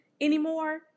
anymore